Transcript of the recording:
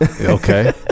Okay